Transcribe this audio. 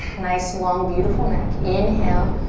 nice long beautiful neck. inhale,